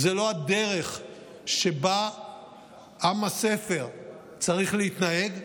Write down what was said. זה לא הדרך שבה עם הספר צריך להתנהג.